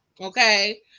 okay